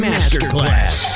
Masterclass